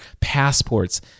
passports